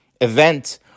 event